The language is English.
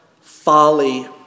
Folly